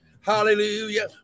Hallelujah